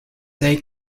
they